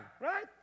Right